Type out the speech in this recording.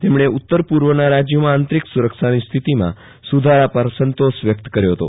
તેમણે ઉતર પૂર્વના રાજયોમાં આંતરીક સુરક્ષાની સ્થિતિમાં સુધારા પર સંતોષ વ્યકત કર્યો હતો